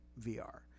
VR